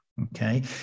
okay